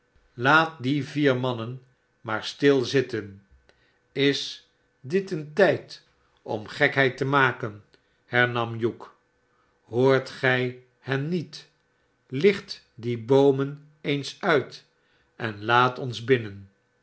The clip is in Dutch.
laat die vier man maarstil zitten is dit een tijd om gekheid te maken hernam hugh hoort gij hen niet licht die boomen eens uit en laat ons binnen